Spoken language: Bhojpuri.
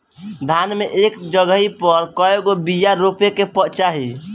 धान मे एक जगही पर कएगो बिया रोपे के चाही?